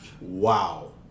Wow